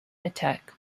attack